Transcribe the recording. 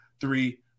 three